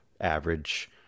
average